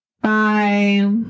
Bye